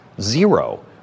Zero